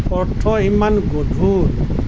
অৰ্থ ইমান গধুৰ